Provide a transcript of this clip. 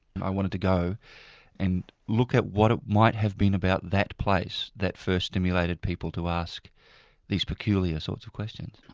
and i wanted to go and look at what it might have been about that place that first stimulated people to ask these peculiar sorts of questions.